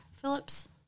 Phillips